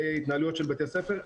על התנהלויות של בתי ספר.